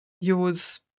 use